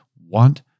want